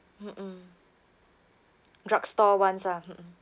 mm mm drugstore ones lah